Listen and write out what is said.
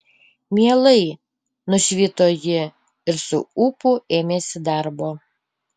mielai nušvito ji ir su ūpu ėmėsi darbo